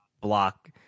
block